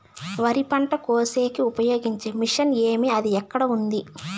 వరి పంట కోసేకి ఉపయోగించే మిషన్ ఏమి అది ఎక్కడ ఉంది?